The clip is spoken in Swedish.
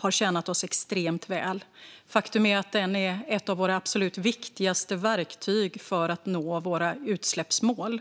har tjänat oss extremt väl. Faktum är att den är ett av våra absolut viktigaste verktyg för att vi ska nå våra utsläppsmål.